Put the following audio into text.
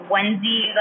onesie